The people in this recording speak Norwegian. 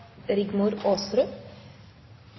Rigmor Aasrud,